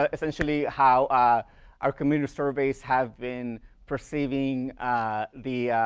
ah essentially, how ah our community surveys have been perceiving the.